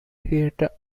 theater